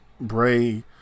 bray